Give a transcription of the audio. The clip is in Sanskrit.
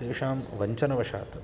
तेषां वञ्चनवशात्